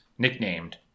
nicknamed